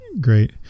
great